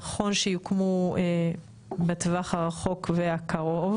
נכון שיוקמו בטווח הרחוק והקרוב?